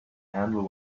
handle